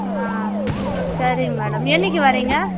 ஆ சரிங்க மேடம் என்னக்கு வரீங்க